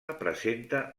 presenta